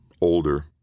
older